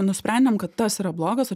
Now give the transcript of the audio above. nusprendėm kad tas yra blogas o